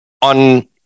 on